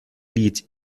lied